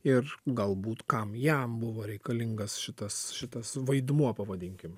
ir galbūt kam jam buvo reikalingas šitas šitas vaidmuo pavadinkim